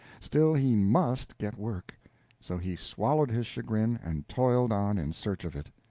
still, he must get work so he swallowed his chagrin, and toiled on in search of it.